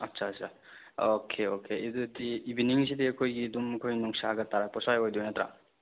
ꯑꯆꯁꯥ ꯑꯆꯁꯥ okay okay ꯑꯗꯨꯗꯤ ꯏꯕꯤꯅꯤꯡꯁꯤꯗꯤ ꯑꯩꯈꯣꯏꯒꯤ ꯑꯗꯨꯝ ꯑꯩꯈꯣꯏ ꯅꯨꯡꯁꯥꯒ ꯇꯥꯔꯛꯄ ꯁ꯭ꯋꯥꯏ ꯑꯣꯏꯗꯣꯏ ꯅꯠꯇ꯭ꯔꯥ